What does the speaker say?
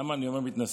למה אני אומר מתנשא?